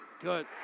good